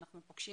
אנחנו פוגשים